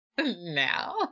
now